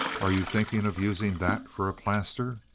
are you thinking of using that for a plaster?